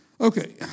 Okay